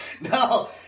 no